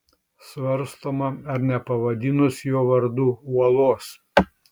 svarstoma ar nepavadinus jo vardu uolos